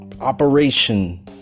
operation